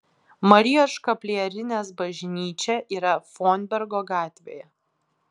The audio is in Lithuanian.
marijos škaplierinės bažnyčia yra fonbergo gatvėje